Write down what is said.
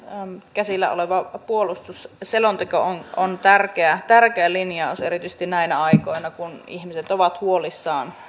käsillä oleva puolustusselonteko on on tärkeä tärkeä linjaus erityisesti näinä aikoina kun ihmiset ovat huolissaan